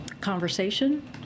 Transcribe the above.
conversation